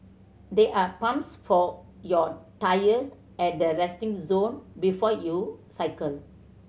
there are pumps for your tyres at the resting zone before you cycle